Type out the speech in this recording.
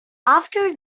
after